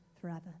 forever